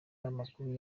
n’amakuru